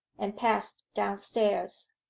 and passed downstairs.